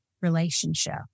relationship